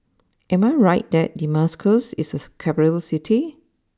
am I right that Damascus is a capital City